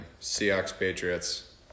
Seahawks-Patriots